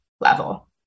level